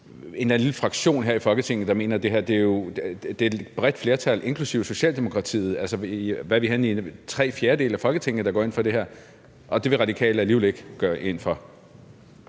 en eller anden lille fraktion her i Folketinget, der mener det her. Der er jo et bredt flertal, inklusive Socialdemokratiet; altså, tre fjerdedele af Folketinget går ind for det her, og alligevel vil Radikale ikke gå ind for